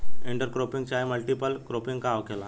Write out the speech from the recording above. Inter cropping चाहे multiple cropping का होखेला?